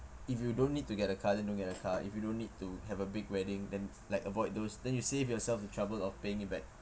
if you don't need to get a car then don't get a car if you don't need to have a big wedding then like avoid those then you save yourself the trouble of paying it back